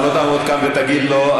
אתה לא תעמוד כאן ותגיד לו,